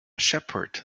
shepherd